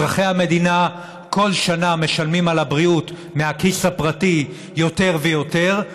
אזרחי המדינה משלמים על הבריאות בכל שנה מהכיס הפרטי יותר ויותר,